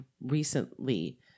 recently